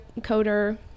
coder